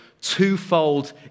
twofold